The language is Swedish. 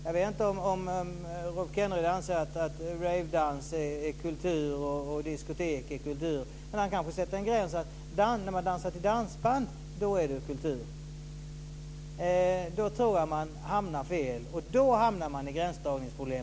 Jag vet inte om Rolf Kenneryd anser att rejvdans och diskotek är kultur. Han kanske sätter en gräns som säger att när man dansar till dansband är det kultur. Då tror jag att man hamnar fel, och då om någon gång hamnar man i gränsdragningsproblem.